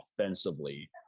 offensively